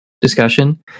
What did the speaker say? discussion